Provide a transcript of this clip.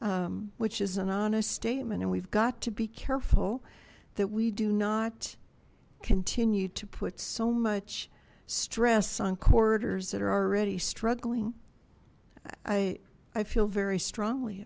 thirteen which is an honest statement and we've got to be careful that we do not continue to put so much stress on corridors that are already struggling i i feel very strongly